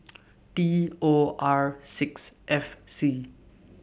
D O R six F C